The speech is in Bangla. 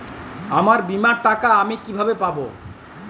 আমার বীমার টাকা আমি কিভাবে পাবো?